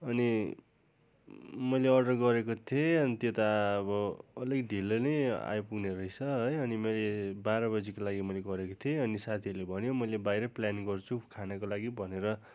अनि मैले अर्डर गरेको थिएँ अन्त त्यो त अब अलिक ढिलो नै आइपुग्ने रहेछ है अनि मैले बाह्र बजेको लागि मैले गरेको थिएँ अनि साथीहरूले भन्यो मैले बाहिर प्लानिङ गर्छु खानेको लागि भनेर